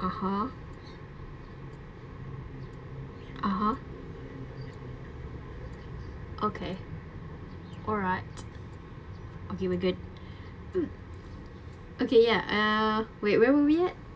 (uh huh) (uh huh) okay alright okay we're good okay ya uh wait where were we at